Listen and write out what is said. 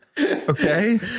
Okay